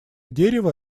дерево